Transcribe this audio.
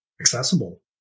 accessible